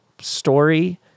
story